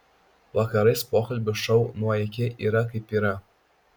vakarais pokalbių šou nuo iki yra kaip yra